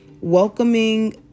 welcoming